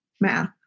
math